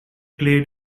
played